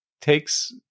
takes